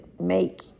make